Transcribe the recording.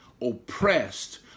oppressed